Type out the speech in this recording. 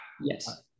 Yes